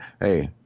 hey